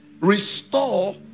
restore